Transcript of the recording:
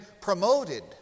promoted